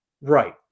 Right